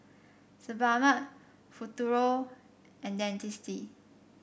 Sebamed Futuro and Dentiste